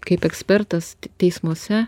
kaip ekspertas teismuose